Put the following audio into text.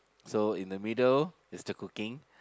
so in the middle is the cooking